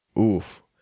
Oof